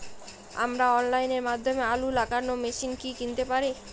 আমরা অনলাইনের মাধ্যমে আলু লাগানো মেশিন কি কিনতে পারি?